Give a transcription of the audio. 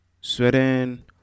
Sweden